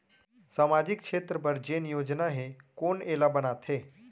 सामाजिक क्षेत्र बर जेन योजना हे कोन एला बनाथे?